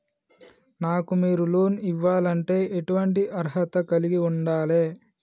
నాకు మీరు లోన్ ఇవ్వాలంటే ఎటువంటి అర్హత కలిగి వుండాలే?